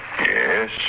Yes